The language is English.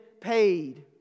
paid